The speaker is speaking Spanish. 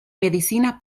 medicina